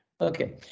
Okay